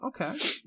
Okay